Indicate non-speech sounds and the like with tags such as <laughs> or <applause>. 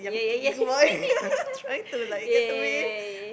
yeah yeah yeah <laughs> yeah yeah yeah yeah yeah yeah yeah yeah yeah